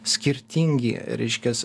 skirtingi reiškias